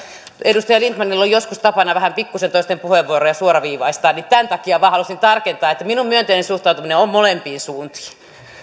edustaja lindtmanilla on joskus tapana pikkusen toisten puheenvuoroja suoraviivaistaa ja tämän takia vain halusin tarkentaa että minun myönteinen suhtautumiseni on molempiin suuntiin